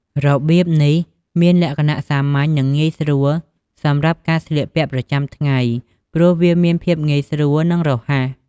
របៀបនេះមានលក្ខណៈសាមញ្ញ និងងាយស្រួលសម្រាប់ការស្លៀកពាក់ប្រចាំថ្ងៃ ព្រោះវាមានភាពងាយស្រួល និងរហ័ស។